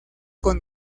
con